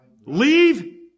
leave